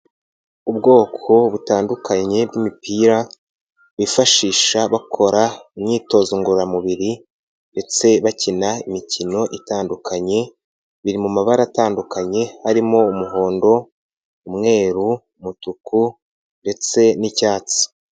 Ubwoko butandukanye bw'imipira bifashisha bakora imyitozo ngororamubiri ndetse bakina imikino itandukanye, biri mu mabara atandukanye harimo: umuhondo, umweru, umutuku ndetse n'icyatsi.